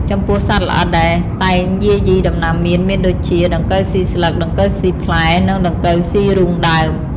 ចំពោះសត្វល្អិតដែលតែងយាយីដំណាំមៀនមានដូចជា ដង្កូវស៊ីស្លឹក ដង្កូវស៊ីផ្លែ និង ដង្កូវស៊ីរូងដើម។